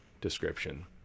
description